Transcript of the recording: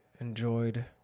enjoyed